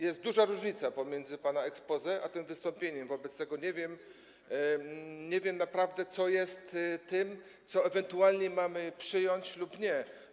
Jest duża różnica między pana exposé a tym wystąpieniem, wobec tego nie wiem, nie wiem naprawdę, co jest tym, co ewentualnie mamy przyjąć lub nie.